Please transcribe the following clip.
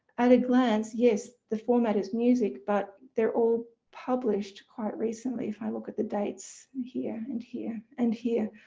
at a glance, yes the format is music but they're all published quite recently. if i look at the dates here and here and here,